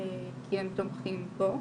כי הם תומכים בו.